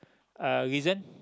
uh reason